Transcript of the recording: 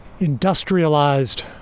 Industrialized